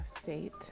fate